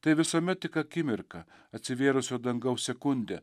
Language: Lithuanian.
tai visuomet tik akimirka atsivėrusio dangaus sekundė